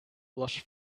lush